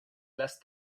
las